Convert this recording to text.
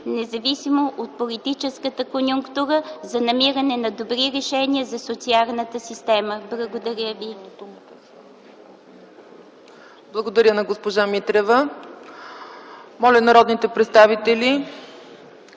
независими от политическата конюнктура за намиране на добри решения за социалната система. Благодаря ви. ПРЕДСЕДАТЕЛ ЦЕЦКА ЦАЧЕВА: Благодаря на госпожа Митрева. Моля народните представители,